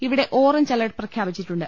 ഇവിടെ orange alert പ്രഖ്യാപിച്ചിട്ടുണ്ട്